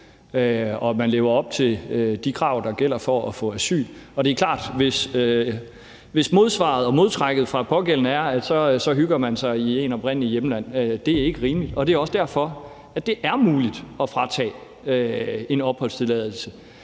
skal man leve op til de krav, der gælder for at få asyl. Det er klart, at hvis modsvaret og modtrækket fra pågældende er, at så hygger man sig i ens oprindelige hjemland, er det ikke rimeligt. Og det er også derfor, at det er muligt at fratage en opholdstilladelse,